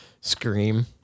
scream